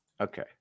Okay